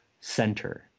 center